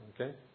Okay